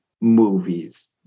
movies